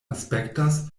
aspektas